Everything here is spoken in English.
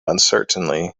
uncertainly